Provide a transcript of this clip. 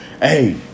hey